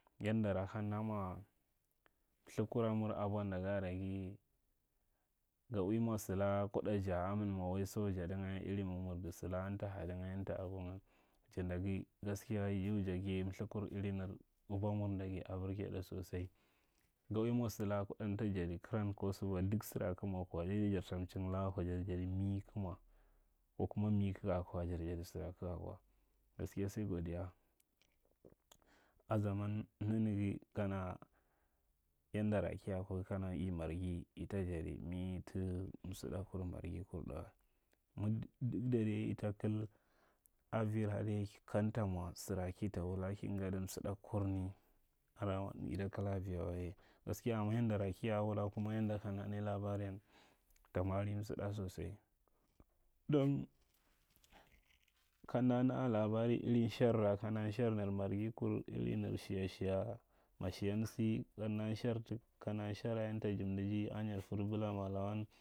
Yandara kamda mara mthikura mu abwanda ga are ga ga ui mwa salaka kuda ja a muma wa, waiso sadi nga. Iri mig mirdi salaka anata hada nga, amta ago na. janda ga gaskiya ya jagi ye thikur iri nir abwa wur nda ga a a birge ɗa sosai. Ga ui mwa salaka kuɗa amta jadi karan ko su wa, duk sara kig mwa sai dar ta mahing laka waka jar jada mi kig mwa. Ko kuma mi kiga kwa, jar jadi sara kiga kwa. Gaskiya sai godiya. A zaman nanaga kana yandar kuya kwa ga kana marghi ata jadi mi ta msidakur marghi kur ɗa wa. Mwa, duk da dai avira ɗai kamta mwa sira ka wula ka ngadi msida kurai, lar, ita kil aivi way aye, gaskiya amma yandara ka wula kuwa yandara kamda nai labariyan ta mwa ri nsiɗa sosai. Don kam da na’a labara irin nsharra kamda nshar nir marghi kur nir shiya shiya, ma shiyan sa kamda naha cib, amti jimb di ji a nyadfur bulama lawan…